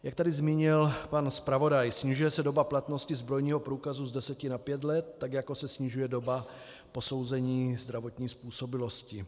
Jak tady zmínil pan zpravodaj, snižuje se doba platnosti zbrojního průkazu z 10 na 5 let, tak jako se snižuje doba posouzení zdravotní způsobilosti.